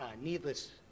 needless